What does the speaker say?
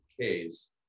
case